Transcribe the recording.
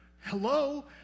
Hello